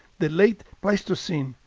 the late pleistocene,